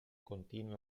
continue